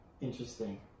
Interesting